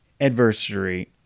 adversary